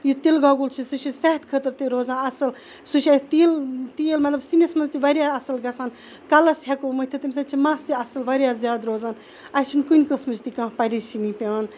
یُس تِل گۄگُل چھُ سُہ چھُ صحت خٲطرٕ تہِ روزان اصل سُہ چھِ أسۍ تیٖل تیٖل مَطلَب سِنِس مَنٛز واریاہ اصل گَژھان کَلَس ہیٚکو مٔتھتھ تمہِ سۭتۍ چھ مَس تہِ اصل واریاہ زیادٕ روزان اَسہِ چھُنہٕ کُنہِ قٕسمٕچ تہِ کانٛہہ پَریشٲنی پیٚوان